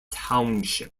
township